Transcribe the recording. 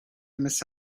miss